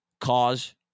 cause